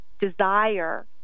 desire